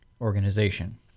organization